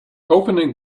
opening